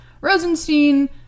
Rosenstein